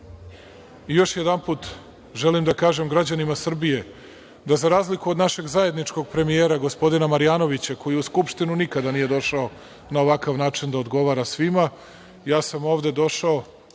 jedanput želim da kažem građanima Srbije, da za razliku od našeg zajedničkog premijera, gospodina Marjanovića, koji u Skupštinu nikada nije došao na ovakav način da odgovara svima, ja sam ovde došao,